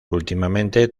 últimamente